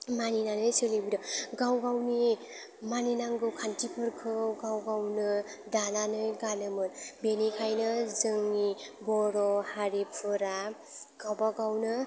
मानिनानै सोलिबोदों गाव गावनि मानिनांगौ खान्थिफोरखौ गाव गावनो दानानै गानोमोन बेनिखायनो जोंनि बर' हारिफोरा गावबा गावनो